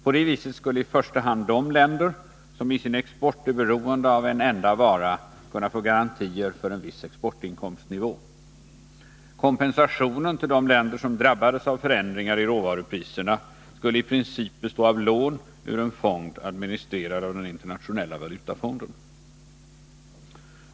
På det viset skulle i första hand de länder som i sin 79 export är beroende av en enda vara kunna få garantier för en viss exportinkomstnivå. Kompensationen till de länder som drabbades av förändringar i råvarupriserna skulle i princip bestå av lån ur en fond administrerad av den Internationella valutafonden.